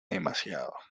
demasiado